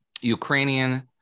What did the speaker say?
Ukrainian